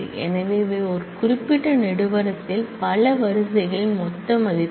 எனவே இவை ஒரு குறிப்பிட்ட காலம்ன்யில் பல ரோகளின் மொத்த மதிப்புகள்